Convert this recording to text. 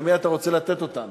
למי אתה רוצה לתת אותן?